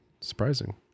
surprising